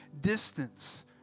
distance